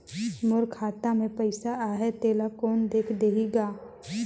मोर खाता मे पइसा आहाय तेला कोन देख देही गा?